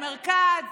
מרכז,